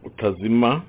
Utazima